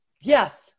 Yes